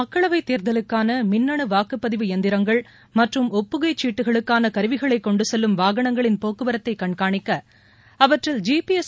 மக்களவைத் தேர்தலுக்கான மின்னணு வாக்குப்பதிவு எந்திரங்கள் மற்றும் ஒப்புகைச் சீட்டுகளுக்கான கருவிகளை கொண்டுச் செல்லும் வாகனங்களின் போக்குவரத்தை கண்காணிக்க அவற்றில் ஜியிஎஸ்